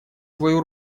свою